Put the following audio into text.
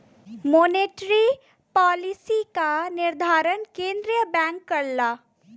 monetary policy क निर्धारण केंद्रीय बैंक करला